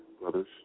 brothers